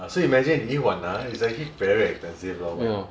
so you imagine 你一晚 ah is actually very expensive lor wine